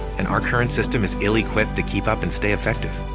and, our current system is ill equipped to keep up and stay effective.